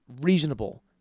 reasonable